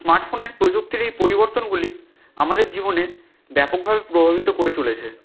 স্মার্টফোনের প্রযুক্তির এই পরিবর্তনগুলি আমাদের জীবনে ব্যাপকভাবে প্রভাবিত করে চলেছে